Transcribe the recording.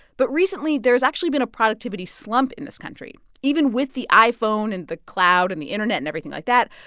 but recently, there's actually been a productivity slump in this country. even with the iphone and the cloud and the internet and everything like that,